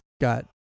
got